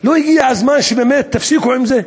לא הגיע הזמן שבאמת תפסיקו עם זה?